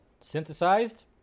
Synthesized